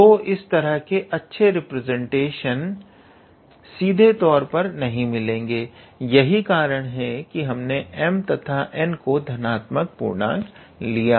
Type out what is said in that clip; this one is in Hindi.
तो इस तरह के अच्छे रिप्रेजेंटेशन सीधे तौर पर नहीं मिलेंगे यही कारण है कि हमने m तथा n को धनात्मक पूर्णांक लिया है